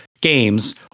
games